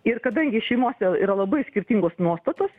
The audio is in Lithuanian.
ir kadangi šeimose yra labai skirtingos nuostatos